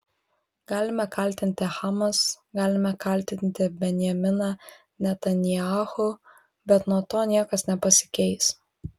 galime kaltinti hamas galime kaltinti benjaminą netanyahu bet nuo to niekas nepasikeis